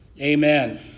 Amen